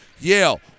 Yale